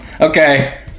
Okay